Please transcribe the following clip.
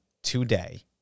Today